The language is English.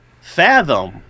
fathom